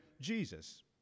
Jesus